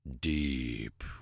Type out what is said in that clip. deep